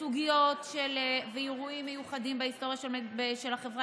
סוגיות ואירועים מיוחדים בהיסטוריה של החברה